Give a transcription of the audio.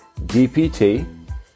DPT